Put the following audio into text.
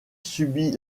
subit